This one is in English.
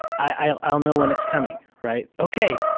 i'll i'll know when it's coming, right? ok,